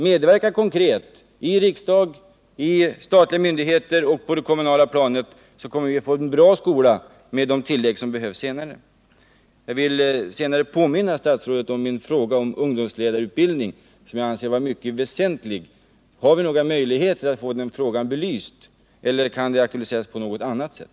Medverka i stället konkret — i riksdag, i statliga myndigheter och på det kommunala planet — så kommer vi att få en bra skola med de tillägg som behövs senare! Jag ville påminna statsrådet om min fråga om ungdomsledarutbildningen, som jag anser vara mycket väsentlig. Har vi några möjligheter att få den frågan belyst eller kan den aktualiseras på något annat sätt?